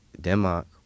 denmark